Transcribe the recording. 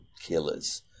killers